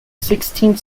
sixteenth